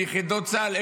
ביחידות צה"ל,